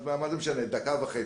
אז מה זה משנה גם אם הזמן הוא דקה וחצי.